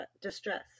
distress